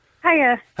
Hiya